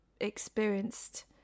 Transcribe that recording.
experienced